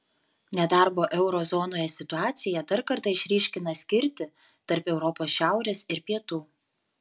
nedarbo euro zonoje situacija dar kartą išryškina skirtį tarp europos šiaurės ir pietų